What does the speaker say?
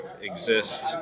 exist